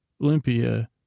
Olympia